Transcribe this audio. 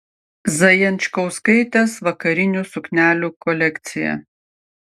zajančkauskaitės vakarinių suknelių kolekcija